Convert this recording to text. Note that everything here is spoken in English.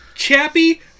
Chappie